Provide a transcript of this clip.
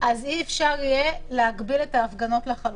אי אפשר יהיה להגביל את ההפגנות לחלוטין.